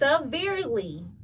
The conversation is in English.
severely